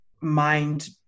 mind